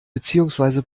beziehungsweise